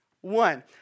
One